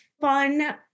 fun